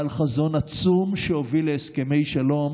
בעל חזון עצום, שהוביל להסכמי שלום